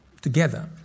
together